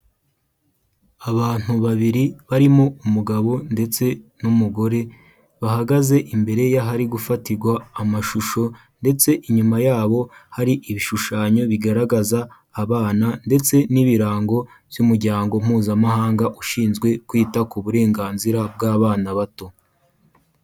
Abantu babiri barimo umugabo ndetse n'umugore, bahagaze imbere y'ahari gufatirwa amashusho ndetse inyuma yabo hari ibishushanyo bigaragaza abana ndetse n'ibirango by'umuryango mpuzamahanga ushinzwe kwita ku burenganzira bw'abana bato.